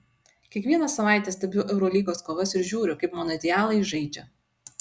kiekvieną savaitę stebiu eurolygos kovas ir žiūriu kaip mano idealai žaidžia